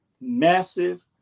massive